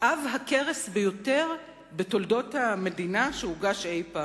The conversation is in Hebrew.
עב הכרס ביותר בתולדות המדינה שהוגש אי-פעם.